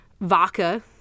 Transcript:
Vodka